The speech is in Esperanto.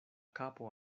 kapo